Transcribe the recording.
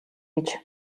гэж